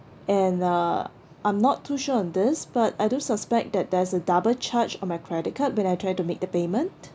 and uh I'm not too sure on this but I do suspect that there's a double charge on my credit card when I tried to make the payment